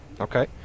Okay